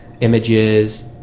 images